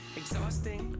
exhausting